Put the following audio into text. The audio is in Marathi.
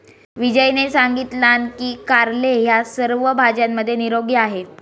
विजयने सांगितलान की कारले ह्या सर्व भाज्यांमध्ये निरोगी आहे